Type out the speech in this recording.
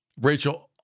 Rachel